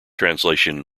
translation